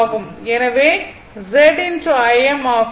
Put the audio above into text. எனவே Z Im ஆகும்